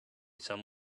some